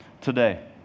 today